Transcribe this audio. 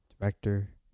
director